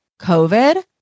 COVID